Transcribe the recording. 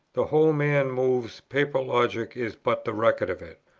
the whole man moves paper logic is but the record of it.